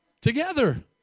together